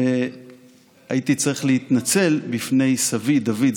והייתי צריך להתנצל בפני סבי דוד,